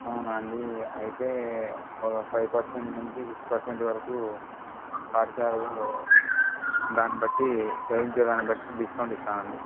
అవునాండి అయితే ఒక ఫైవ్ పర్సెంట్ నుంచి సిక్స్ పర్సెంట్ వరకు పాఠశాలలో దాన్ని బట్టి చదివించే దాన్ని బట్టి డిస్కౌంట్ ఇస్తామండి